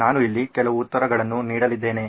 ನಾನು ಇಲ್ಲಿ ಕೆಲವು ಉತ್ತರಗಳನ್ನು ನೀಡಲಿದ್ದೇನೆ